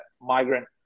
migrant